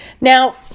Now